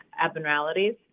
abnormalities